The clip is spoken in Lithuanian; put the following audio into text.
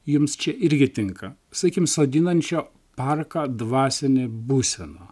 jums čia irgi tinka sakykim sodinančio parką dvasinė būsena